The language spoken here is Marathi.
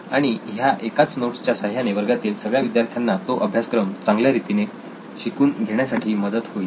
आणि ह्या एकाच नोट्स च्या साह्याने वर्गातील सगळ्या विद्यार्थ्यांना तो अभ्यासक्रम चांगल्या रीतीने शिकून घेण्यासाठी मदत होईल